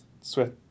sweat